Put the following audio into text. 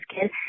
kid